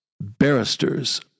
barristers